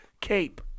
cape